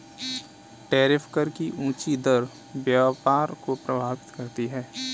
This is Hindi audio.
टैरिफ कर की ऊँची दर व्यापार को प्रभावित करती है